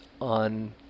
on